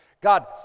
God